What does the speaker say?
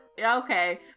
okay